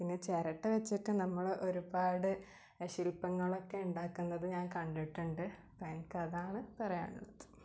പിന്നെ ചിരട്ട വെച്ചിട്ട് നമ്മൾ ഒരുപാട് ശില്പങ്ങളക്കെ ഉണ്ടാക്കുന്നത് ഞാൻ കണ്ടിട്ടുണ്ട് അപ്പം എനിക്കതാണ് പറയാനുള്ളത്